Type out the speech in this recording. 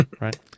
right